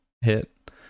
hit